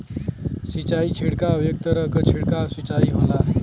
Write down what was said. सिंचाई छिड़काव एक तरह क छिड़काव सिंचाई होला